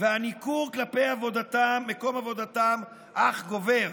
והניכור כלפי מקום עבודתם אך גובר.